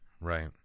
right